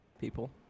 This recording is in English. people